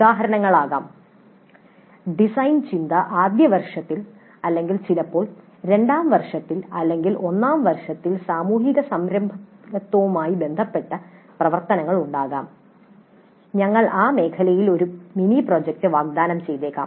ഉദാഹരണങ്ങൾ ആകാം ഡിസൈൻ ചിന്ത ആദ്യ വർഷത്തിൽ അല്ലെങ്കിൽ ചിലപ്പോൾ രണ്ടാം വർഷത്തിൽ അല്ലെങ്കിൽ ഒന്നാം വർഷത്തിൽ സാമൂഹിക സംരംഭകത്വവുമായി ബന്ധപ്പെട്ട പ്രവർത്തനങ്ങൾ ഉണ്ടാകാം ഞങ്ങൾ ആ മേഖലയിൽ ഒരു മിനി പ്രോജക്റ്റ് വാഗ്ദാനം ചെയ്തേക്കാം